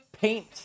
paint